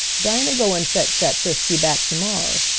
dinah go and fetch dat frisky back to-morrer.